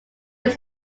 are